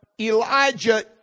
Elijah